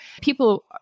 people